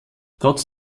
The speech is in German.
trotz